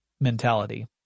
mentality